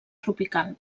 tropical